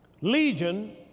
legion